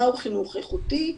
מהו חינוך איכותי,